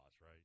right